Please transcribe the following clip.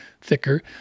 thicker